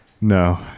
No